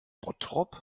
bottrop